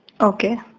okay